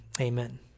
amen